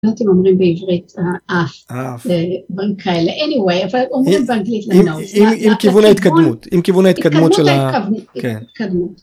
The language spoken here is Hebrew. אתם כאילו אומרים בעברית האף דברים כאלה anyway אבל אומרים באנגלית עם כיוון ההתקדמות, עם כיוון ההתקדמות של ה... ההתקדמות של ההתקדמות